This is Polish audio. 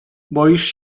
boisz